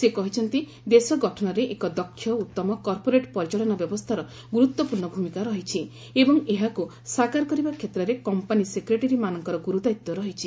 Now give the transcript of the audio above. ସେ କହିଛନ୍ତି ଦେଶ ଗଠନରେ ଏକ ଦକ୍ଷ ଉତ୍ତମ କର୍ପୋରେଟ୍ ପରିଚାଳନା ବ୍ୟବସ୍ଥାର ଗୁରୁତ୍ୱପୂର୍ଣ୍ଣ ଭୂମିକା ରହିଚି ଏବଂ ଏହାକୁ ସାକାର କରିବା ଷେତ୍ରରେ କମ୍ପାନୀ ସେକ୍ରେଟାରୀମାନଙ୍କର ଗୁରୁଦାୟିତ୍ୱ ରହିଛି